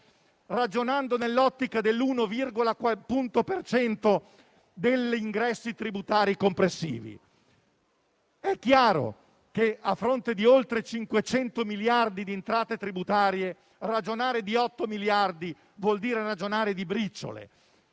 punto per cento degli ingressi tributari complessivi? È chiaro che, a fronte di oltre 500 miliardi di entrate tributarie, ragionare di otto miliardi vuol dire ragionare di briciole.